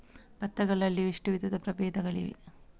ಭತ್ತ ಗಳಲ್ಲಿ ಎಷ್ಟು ವಿಧದ ಪ್ರಬೇಧಗಳಿವೆ?